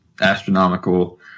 astronomical